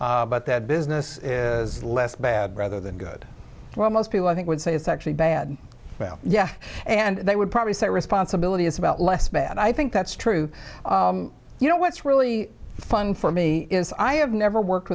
about that business is less bad rather than good well most people i think would say it's actually bad well yeah and they would probably say responsibility is about less bad i think that's true you know what's really fun for me is i have never worked